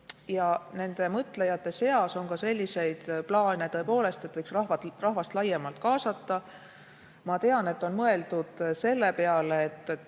ja nende mõtlejate seas on ka selliseid, [kes peavad] plaane, tõepoolest, et võiks rahvast laiemalt kaasata. Ma tean, et on mõeldud selle peale, et